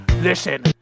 listen